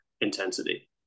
intensity